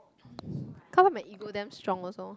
come on my ego damn strong also